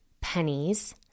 pennies